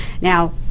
Now